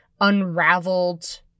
unraveled